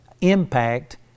impact